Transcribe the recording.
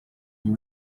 nii